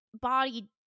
body